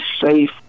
safe